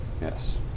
Yes